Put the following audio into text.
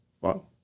Wow